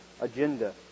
agenda